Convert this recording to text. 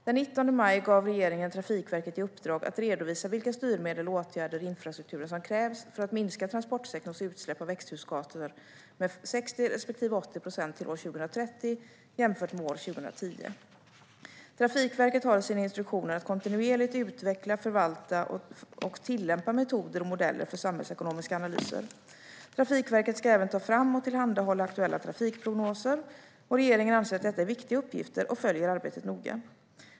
Den 19 maj gav regeringen Trafikverket i uppdrag att redovisa vilka styrmedel och åtgärder i infrastrukturen som krävs för att minska transportsektorns utsläpp av växthusgaser med 60 respektive 80 procent till år 2030 jämfört med nivån år 2010. Trafikverket har i sina instruktioner att kontinuerligt utveckla, förvalta och tillämpa metoder och modeller för samhällsekonomiska analyser. Trafikverket ska även ta fram och tillhandahålla aktuella trafikprognoser. Regeringen anser att detta är viktiga uppgifter och följer arbetet noga.